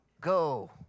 Go